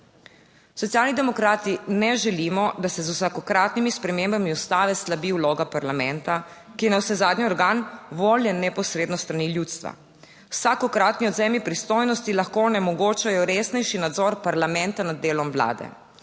Socialni demokrati ne želimo, da se z vsakokratnimi spremembami Ustave slabi vloga parlamenta, ki je navsezadnje organ, voljen neposredno s strani ljudstva. Vsakokratni odvzemi pristojnosti lahko onemogočajo resnejši nadzor parlamenta nad delom vlade.